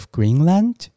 Greenland